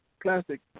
plastic